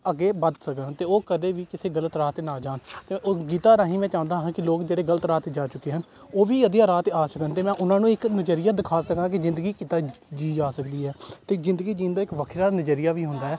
ਅੱਗੇ ਵੱਧ ਸਕਣ ਅਤੇ ਉਹ ਕਦੇ ਵੀ ਕਿਸੇ ਗਲਤ ਰਾਹ 'ਤੇ ਨਾ ਜਾਣ ਅਤੇ ਉਹ ਗੀਤਾਂ ਰਾਹੀਂ ਮੈਂ ਚਾਹੁੰਦਾ ਹਾਂ ਕਿ ਲੋਕ ਜਿਹੜੇ ਗਲਤ ਰਾਹ 'ਤੇ ਜਾ ਚੁੱਕੇ ਹਨ ਉਹ ਵੀ ਵਧੀਆ ਰਾਹ 'ਤੇ ਆ ਸਕਣ ਅਤੇ ਮੈਂ ਉਹਨਾਂ ਨੂੰ ਇੱਕ ਨਜ਼ਰੀਆ ਦਿਖਾ ਸਕਾਂ ਕਿ ਜ਼ਿੰਦਗੀ ਕਿੱਦਾਂ ਜੀਅ ਜਾ ਸਕਦੀ ਹੈ ਅਤੇ ਜ਼ਿੰਦਗੀ ਜਿਉਣ ਦਾ ਇੱਕ ਵੱਖਰਾ ਨਜ਼ਰੀਆ ਵੀ ਹੁੰਦਾ ਹੈ